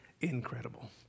incredible